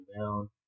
down